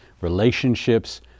relationships